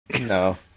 No